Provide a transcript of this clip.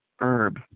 herb